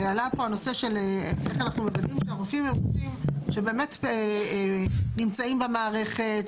עלה פה הנושא של איך אנחנו מוודאים שהרופאים באמת נמצאים במערכת,